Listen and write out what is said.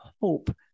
hope